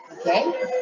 Okay